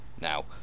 Now